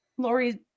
Lori